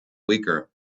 weaker